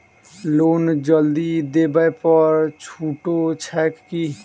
Loan जल्दी देबै पर छुटो छैक की?